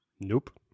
Nope